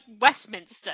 Westminster